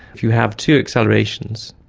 if you have two accelerations,